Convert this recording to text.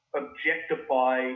objectify